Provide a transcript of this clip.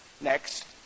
next